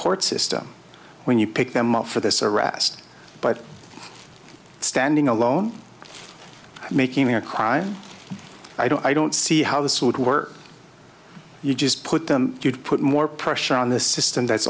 court system when you pick them up for this arrest but standing alone making a crime i don't i don't see how this would work you just put them you'd put more pressure on the system that's